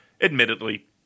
admittedly